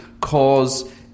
cause